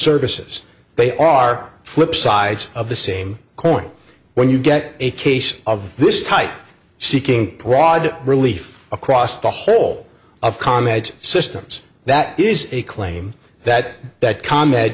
services they are flip sides of the same coin when you get a case of this type seeking broad relief across the whole of comment systems that is a claim that that com